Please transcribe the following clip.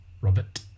Robert